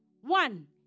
one